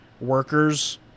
workers